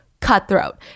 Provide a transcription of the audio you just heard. Cutthroat